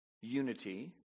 unity